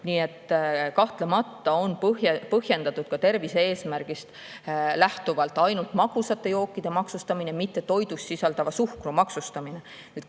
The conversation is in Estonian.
Nii et kahtlemata on põhjendatud ka tervise-eesmärgist lähtuvalt ainult magusate jookide maksustamine, mitte toidus sisalduva suhkru maksustamine.